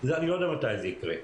אני לא יודע מתי זה יקרה.